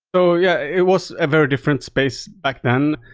so yeah, it was a very different space back then.